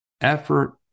effort